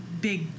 big